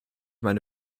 meine